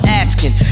asking